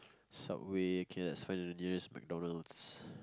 Subway okay let's find the nearest McDonald's